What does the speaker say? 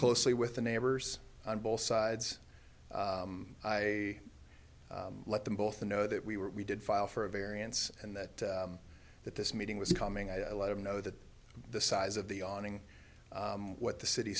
closely with the neighbors on both sides i let them both know that we were we did file for a variance and that that this meeting was coming i let him know that the size of the awning what the city